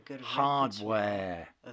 hardware